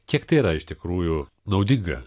kiek tai yra iš tikrųjų naudinga